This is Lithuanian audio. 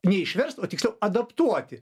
neišverst o tiksliau adaptuoti